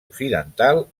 occidental